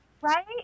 Right